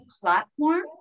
platform